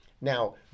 Now